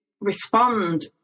respond